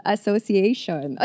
Association